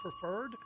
preferred